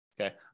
Okay